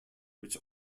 which